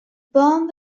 bomb